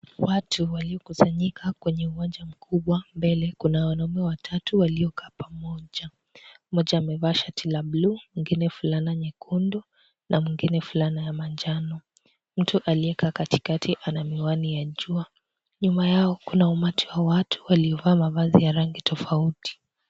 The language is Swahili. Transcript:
Watu waliokusanyika kwenye uwanja mkubwa ,mbele kuna wanaume watatu waliokaa pamoja ,mmoja amevaa shati la buluu mwingine fulana nyekundu na mwingine fulana ya manjano ,mtu aliyekaa katikati ana miwani ya jua, nyuma yao kuna umati wa watu waliovaa mavazi ya rangi tofauti.